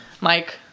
Mike